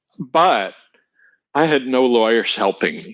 but i had no lawyers helping me.